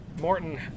Morton